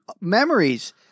memories